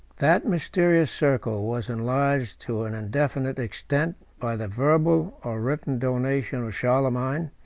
that mysterious circle was enlarged to an indefinite extent, by the verbal or written donation of charlemagne,